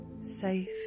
safe